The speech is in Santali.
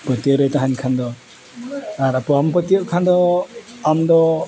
ᱯᱟᱹᱛᱭᱟᱹᱣ ᱨᱮᱭ ᱛᱟᱦᱮᱱ ᱠᱷᱟᱱ ᱫᱚ ᱟᱨ ᱵᱟᱢ ᱯᱟᱹᱛᱭᱟᱹᱣ ᱠᱷᱟᱱ ᱫᱚ ᱟᱢ ᱫᱚ